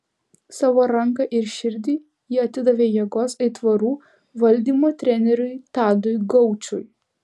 savo ranką ir širdį ji atidavė jėgos aitvarų valdymo treneriui tadui gaučui